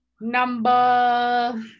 Number